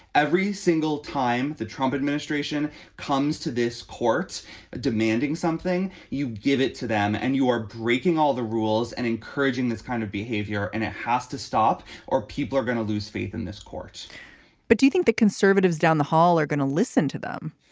every single time the trump administration comes to this court demanding something, you give it to them and you are breaking all the rules and encouraging this kind of behavior. and it has to stop or people are going to lose faith in this court but do you think the conservatives down the hall are going to listen to them?